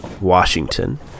Washington